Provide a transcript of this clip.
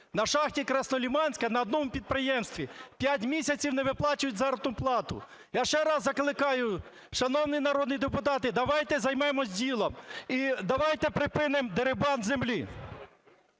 На шахті "Краснолиманська" на одному підприємстві 5 місяців не виплачують заробітну плату. Я ще раз закликаю, шановні народні депутати, давайте займемося ділом і давайте припинимо дерибан землі.